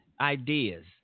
ideas